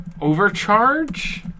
overcharge